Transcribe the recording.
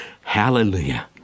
Hallelujah